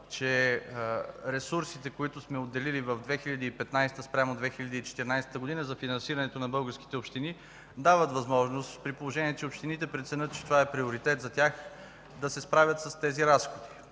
че ресурсите, които сме отделили в 2015 г. спрямо 2014 г. за финансирането на българските общини, дават възможност, при положение че общините преценят, че това е приоритет за тях, да се справят с тези разходи.